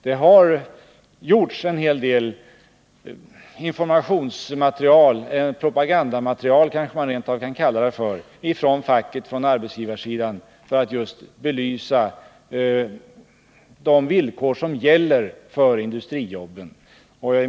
Det har gjorts en hel del informationsmaterial — propagandamaterial kanske man rent av kan kalla det — från facket och arbetsgivarsidan, som skall belysa de villkor som gäller för industrijobben.